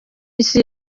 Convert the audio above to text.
isi